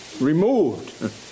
removed